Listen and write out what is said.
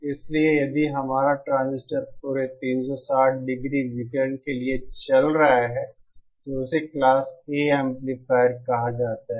इसलिए यदि हमारा ट्रांजिस्टर पूरे 360 डिग्री विकिरण के लिए चल रहा है तो इसे क्लास A एम्पलीफायर कहा जाता है